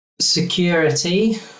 security